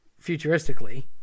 futuristically